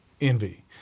envy